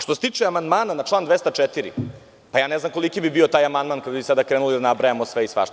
Što se tiče amandmana na član 204, pa ne znam koliki bi bio taj amandman kada bismo sada krenuli da nabrajamo sve i svašta.